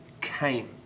came